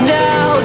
now